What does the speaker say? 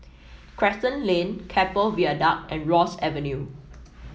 Crescent Lane Keppel Viaduct and Ross Avenue